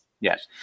Yes